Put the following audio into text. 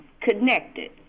connected